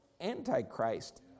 antichrist